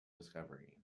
discovery